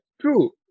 True